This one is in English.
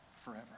forever